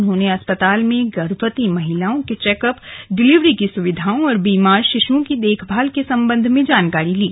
उन्होंने अस्पताल में गर्भवती महिलाओं के चेकअप डिलीवरी की सुविधाओं और बीमार शिशुओं की देखभाल के संबंध में जानकारी ली